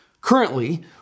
Currently